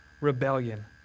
rebellion